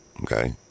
okay